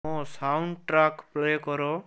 ମୋ soundtrack play କର